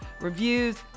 Reviews